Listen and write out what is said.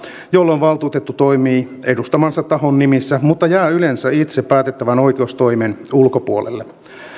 jolloin valtuutettu toimii edustamansa tahon nimissä mutta jää yleensä itse päätettävän oikeustoimen ulkopuolelle